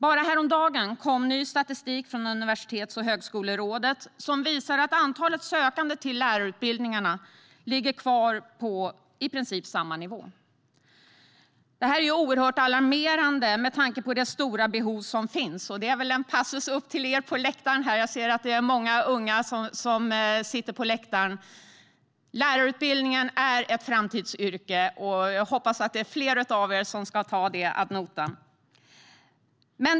Bara häromdagen kom ny statistik från Universitets och högskolerådet som visar att antalet sökande till lärarutbildningarna ligger kvar på i princip samma nivå. Detta är oerhört alarmerande med tanke på det stora behov som finns - jag ser att det är många unga som sitter på läktaren. Lärarutbildningen är ett framtidsyrke, och jag hoppas att det är fler av er som tar det ad notam.